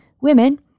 Women